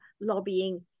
lobbying